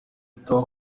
turi